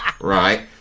right